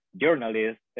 journalists